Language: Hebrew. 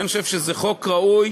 לכן אני חושב שזה חוק ראוי,